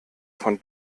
von